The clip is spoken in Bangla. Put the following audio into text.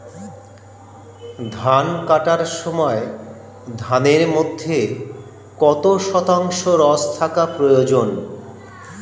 ধান কাটার সময় ধানের মধ্যে কত শতাংশ রস থাকা প্রয়োজন?